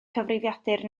cyfrifiadur